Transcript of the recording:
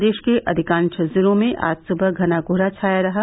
प्रदेश के अधिकांश जिलों में आज सुबह घना कोहरा छाया रहा